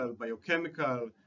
biochemical